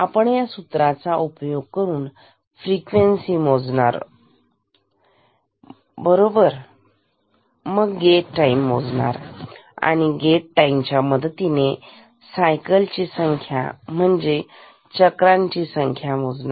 आपण या सूत्राचा उपयोग करून फ्रिक्वेन्सी मोजणारा होत बरोबर मग गेट टाईम मोजणार आणि गेट टाईम च्या मदतीने सायकलची संख्या म्हणजे चक्रांची संख्या मोजणार